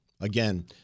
Again